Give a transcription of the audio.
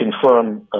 confirm